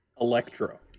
Electro